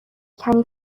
کمی